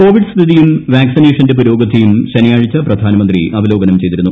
Covid സ്ഥിതിയും വാക്സിനേഷന്റെ പുരോഗതിയും ശനിയാഴ്ച പ്രധാനമന്ത്രി അവലോകനം ചെയ്തിരുന്നു